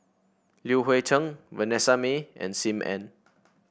Li Hui Cheng Vanessa Mae and Sim Ann